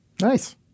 Nice